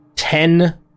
Ten